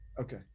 Okay